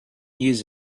years